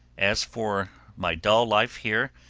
as for my dull life here,